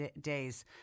days